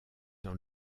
dans